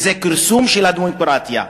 וזה כרסום של הדמוקרטיה.